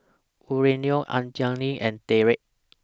Aurelio Anjali and Dereck